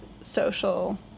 social